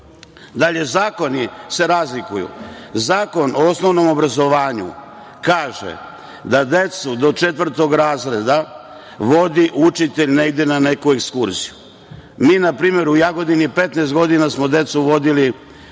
zakoni se razlikuju. Zakon o osnovnom obrazovanju kaže da decu do četvrtog razreda vodi učitelj negde na neku ekskurziju. Mi na primer u Jagodini 15 godina smo decu vodili u